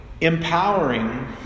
empowering